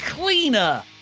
Cleaner